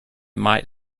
might